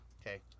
Okay